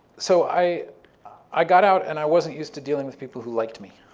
so i i got out and i wasn't used to dealing with people who liked me.